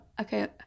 okay